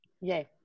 Yay